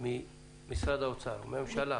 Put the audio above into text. ממשרד האוצר ומהממשלה,